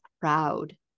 proud